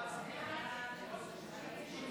ההצעה